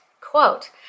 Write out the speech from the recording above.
quote